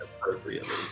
appropriately